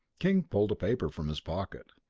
king pulled a paper from his pocket.